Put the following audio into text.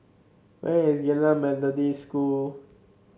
where is Geylang Methodist School